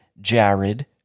Jared